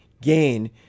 gain